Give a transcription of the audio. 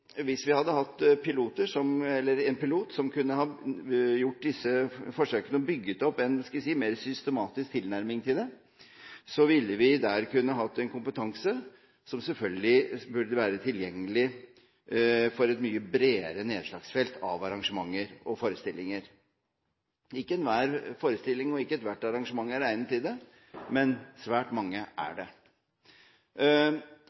Hvis vi hadde hatt en pilot som kunne ha gjort disse forsøkene og bygd opp en mer systematisk tilnærming til det, ville vi kunne hatt en kompetanse som selvfølgelig burde vært tilgjengelig for et mye bredere nedslagsfelt av arrangementer og forestillinger. Ikke enhver forestilling og ikke ethvert arrangement er egnet til det, men svært mange er